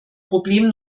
problem